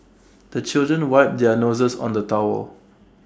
the children wipe their noses on the towel